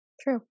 true